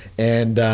and